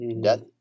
Death